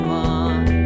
one